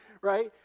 right